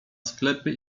sklepy